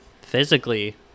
physically